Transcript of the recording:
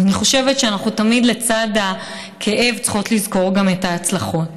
אז אני חושבת שתמיד לצד הכאב אנחנו צריכות לזכור גם את ההצלחות.